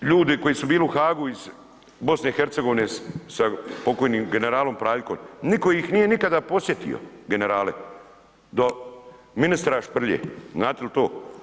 6 ljudi koji su bili u Haagu iz BiH-a sa pokojnim generalom Praljkom, nitko ih nije nikada posjetio, general do ministra Šprlje, znate li to?